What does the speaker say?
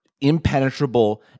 impenetrable